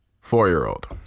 Four-year-old